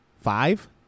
five